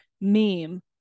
meme